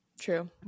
True